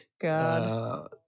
God